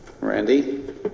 Randy